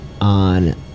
on